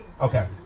Okay